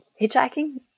hitchhiking